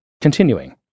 Continuing